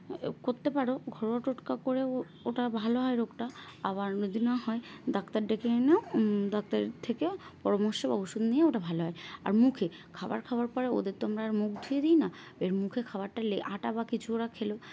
করতে পারো ঘরোয়া টোটকা করেও ওটা ভালো হয় রোগটা আবার যদি না হয় ডাক্তার ডেকে এনেও ডাক্তারের থেকেও পরামর্শ বা ওষুধ নিয়ে ওটা ভালো হয় আর মুখে খাবার খাওয়ার পরে ওদের তো আমরা আর মুখ ধুয়ে দিই না এর মুখে খাবারটা আটা বা কিছু ওরা খেলো